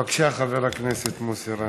בבקשה, חבר הכנסת מוסי רז.